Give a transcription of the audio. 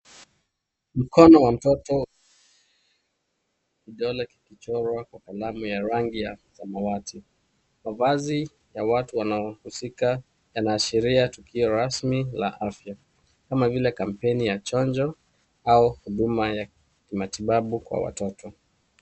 Mkono wa mtoto kidole kimechorwa kwa kalamu ya rangi ya samawati. Mavazi ya watu wanaohusika yanaashiria tuko rasmi la afyia kama vile kampeni ya chanjo au huduma ya kimatibabu kwa watoto.